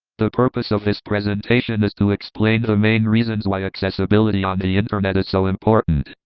the purpose of this presentation is to explain the main reasons why accessibility on the internet is so important.